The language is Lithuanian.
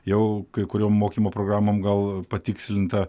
jau kai kuriom mokymo programom gal patikslinta